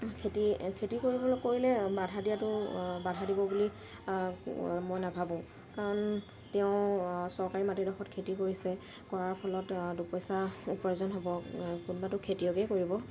খেতি খেতি কৰিবলৈ কৰিলে বাধা দিয়াটো বাধা দিব বুলি মই নাভাবোঁ কাৰণ তেওঁ চৰকাৰী মাটিডোখৰত খেতি কৰিছে কৰাৰ ফলত দুপইচা উপাৰ্জন হ'ব কোনোবাতো খেতিয়কেই কৰিব